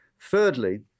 Thirdly